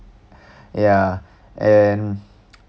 ya and